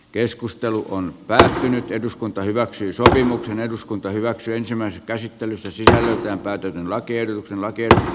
keskustelu on päättynyt eduskunta hyväksyi sopimuksen eduskunta hyväksyi ensimmäisen käsittelystä sitä ja näiden lakien lakia